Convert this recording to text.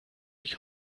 ich